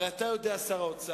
הרי אתה יודע, שר האוצר,